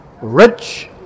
rich